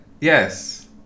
Yes